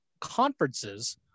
conferences